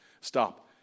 Stop